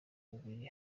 babiri